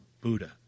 Buddha